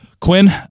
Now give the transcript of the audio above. quinn